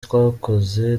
twakoze